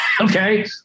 okay